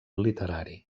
literari